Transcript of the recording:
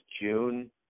June